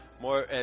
more